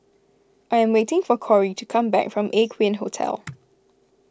I am waiting for Corey to come back from Aqueen Hotel